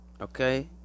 Okay